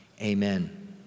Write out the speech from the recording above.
Amen